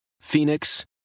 Phoenix